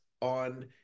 on